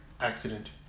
accident